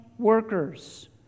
workers